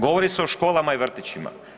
Govori se o školama i vrtićima.